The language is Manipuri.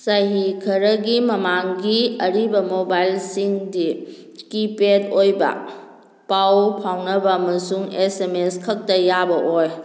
ꯆꯍꯤ ꯈꯔꯒꯤ ꯃꯃꯥꯡꯒꯤ ꯑꯔꯤꯕ ꯃꯣꯕꯥꯏꯜꯁꯤꯡꯗꯤ ꯀꯤꯄꯦꯗ ꯑꯣꯏꯕ ꯄꯥꯎ ꯐꯥꯎꯅꯕ ꯑꯃꯁꯨꯡ ꯑꯦꯁ ꯑꯦꯝ ꯑꯦꯁ ꯈꯛꯇ ꯌꯥꯕ ꯑꯣꯏ